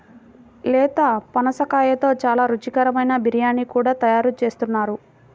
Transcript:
లేత పనసకాయతో చాలా రుచికరమైన బిర్యానీ కూడా తయారు చేస్తున్నారు